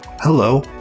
Hello